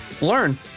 learn